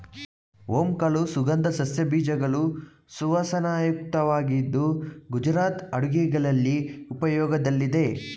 ಓಂ ಕಾಳು ಸುಗಂಧ ಸಸ್ಯ ಬೀಜಗಳು ಸುವಾಸನಾಯುಕ್ತವಾಗಿದ್ದು ಗುಜರಾತ್ ಅಡುಗೆಗಳಲ್ಲಿ ಉಪಯೋಗದಲ್ಲಿದೆ